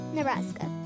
Nebraska